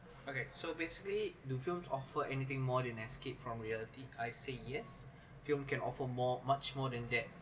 okay so basically do films offer anything more than escape from reality I say yes film can offer more much more than that